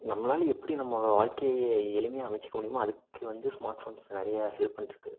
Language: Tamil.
நம்மளால் எப்படி நம்மளோட வாழ்க்கையை எளிமையாக அமைச்சிக்க முடியுமோ அதுக்கு வந்து ஸ்மார்ட் ஃபோன்ஸ் நிறையா ஹெல்ப் பண்ணிகிட்ருக்கு